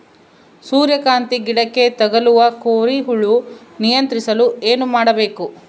ಸೂರ್ಯಕಾಂತಿ ಗಿಡಕ್ಕೆ ತಗುಲುವ ಕೋರಿ ಹುಳು ನಿಯಂತ್ರಿಸಲು ಏನು ಮಾಡಬೇಕು?